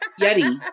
Yeti